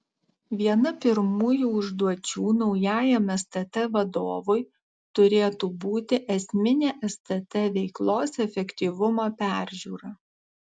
viena pirmųjų užduočių naujajam stt vadovui turėtų būti esminė stt veiklos efektyvumo peržiūra